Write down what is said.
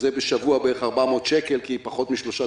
ונדרשים שלושה